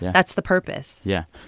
that's the purpose yeah.